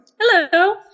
Hello